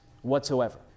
whatsoever